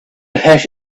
hash